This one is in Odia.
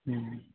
ହୁଁ